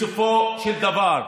בסופו של דבר,